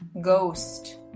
ghost